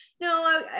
no